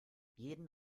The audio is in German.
jeden